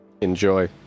Enjoy